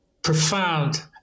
Profound